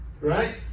right